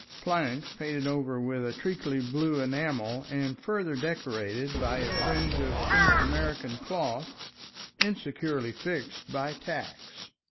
planks painted over with a treacly blue enamel and further decorated by a fringe of pinked american cloth insecurely fixed by tacks.